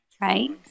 Right